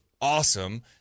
awesome